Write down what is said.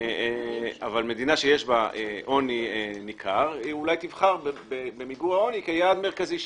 אבל מדינה שיש בה עוני ניכר אולי תבחר במיגור העוני כיעד מרכזי שלה.